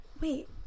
wait